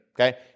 okay